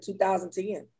2010